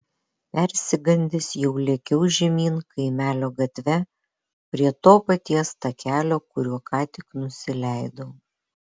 persigandęs jau lėkiau žemyn kaimelio gatve prie to paties takelio kuriuo ką tik nusileidau